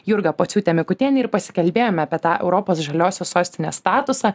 jurga pociūte mikutiene ir pasikalbėjome apie tą europos žaliosios sostinės statusą